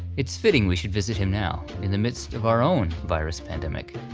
it's fitting we should visit him now in the midst of our own virus pandemic,